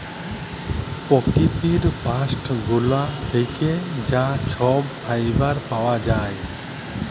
পকিতির বাস্ট গুলা থ্যাকে যা ছব ফাইবার পাউয়া যায়